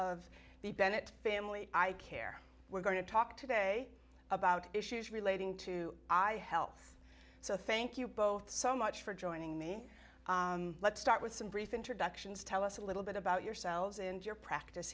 of the bennett family i care we're going to talk today about issues relating to i help us so thank you both so much for joining me let's start with some brief introductions tell us a little bit about yourselves and your practice